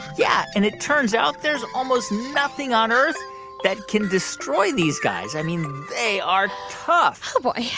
yeah. and it turns out there's almost nothing on earth that can destroy these guys. i mean, they are tough oh, boy.